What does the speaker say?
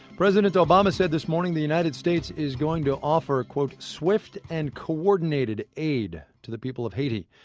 president obama said this morning the united states is going to offer swift and coordinated aid to the people of haiti.